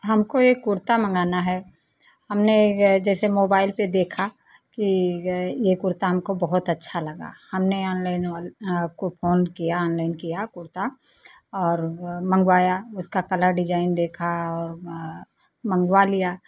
हमको एक कुर्ता मंगाना है हमने जैसे मोबाइल पे देखा कि ये कुर्ता हमको बहुत अच्छा लगा हमने ऑनलाइन आपको फोन किया ऑनलाइन किया कुर्ता और मंगवाया उसका कलर डिज़ाइन देखा और मंगवा लिया